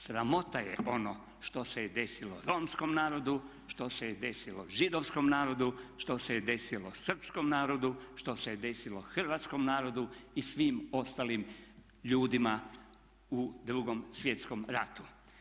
Sramota je ono što se desilo romskom narodu, što se desilo židovskom narodu, što se desilo srpskom narodu, što se desilo hrvatskom narodu i svim ostalim ljudima u 2. svjetskom ratu.